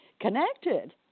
connected